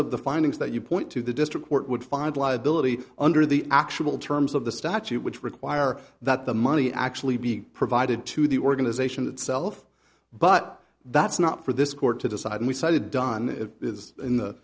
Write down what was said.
of the findings that you point to the district court would find liability under the actual terms of the statute which require that the money actually be provided to the organization itself but that's not for this court to decide and we cited done this in the